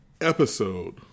episode